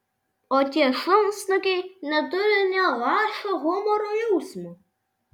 o tie šunsnukiai neturi nė lašo humoro jausmo